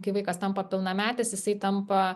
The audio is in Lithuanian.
kai vaikas tampa pilnametis jisai tampa